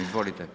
Izvolite.